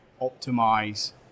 optimize